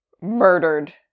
murdered